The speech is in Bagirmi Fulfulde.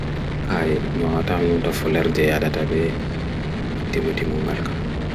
Kala lele ɗum waɗata dow ngel ɗum, waɗɗiɗa ɗee hayre ndondi, kala ko njama.